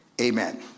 Amen